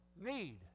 need